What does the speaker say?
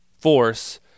force